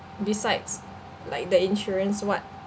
besides like the insurance what